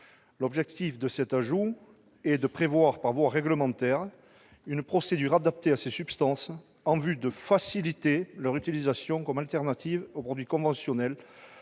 L'objectif de cet ajout est de prévoir par voie réglementaire une procédure adaptée à ces substances en vue de faciliter leur utilisation comme alternative aux produits conventionnels,